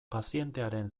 pazientearen